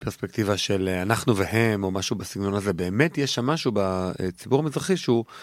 פרספקטיבה של אנחנו והם או משהו בסגנון הזה באמת יש שם משהו בציבור המזרחי שהוא.